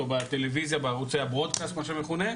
או בטלויזיה בערוצי הברוד-קאסט מה שמכונה,